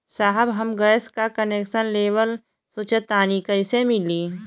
साहब हम गैस का कनेक्सन लेवल सोंचतानी कइसे मिली?